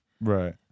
Right